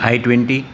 I twenty